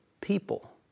people